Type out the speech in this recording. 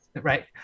right